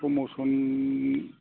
promotion